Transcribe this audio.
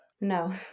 No